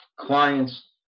clients